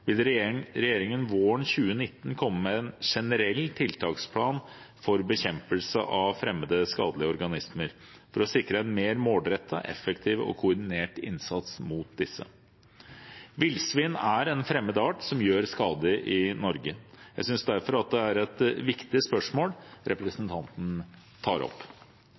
vil regjeringen våren 2019 komme med en generell tiltaksplan for bekjempelse av fremmede, skadelige organismer for å sikre en mer målrettet, effektiv og koordinert innsats mot disse. Villsvin er en fremmed art som gjør skade i Norge. Jeg synes derfor at det er et viktig spørsmål representanten tar opp.